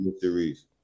series